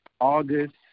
August